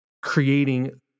creating